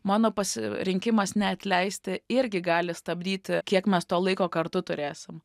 mano pasirinkimas neatleisti irgi gali stabdyti kiek mes to laiko kartu turėsim